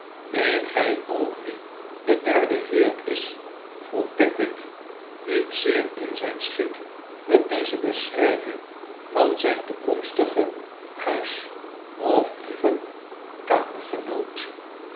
weet gij qok wie de derde heer is vroeg pickwick niet zeer in zijn schik met deze beschrijving van zijn toekomstigen huis of liever